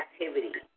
activity